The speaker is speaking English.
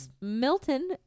Milton